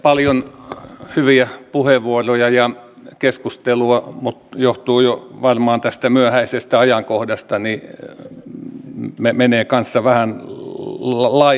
paljon hyviä puheenvuoroja ja keskustelua mutta johtuen jo varmaan tästä myöhäisestä ajankohdasta menee kanssa vähän laidoille